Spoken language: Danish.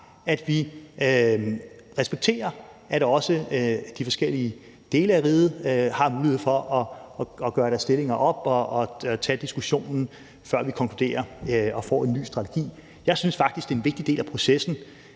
har, respekterer, at de forskellige dele af riget også har mulighed for at gøre deres stillinger op og tage diskussionen, før vi konkluderer og får en ny strategi. Jeg synes faktisk, processen er en vigtig del af at få en